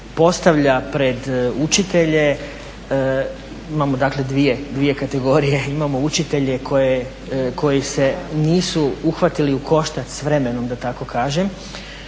postavlja pred učitelje, imamo dakle dvije kategorije, imamo učitelje koji se nisu uhvatili u koštac s vremenom da tako kažem